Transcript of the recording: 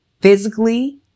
physically